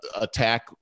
attack